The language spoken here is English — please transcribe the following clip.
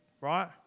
right